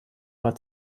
war